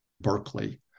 Berkeley